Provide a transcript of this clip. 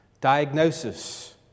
diagnosis